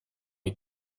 est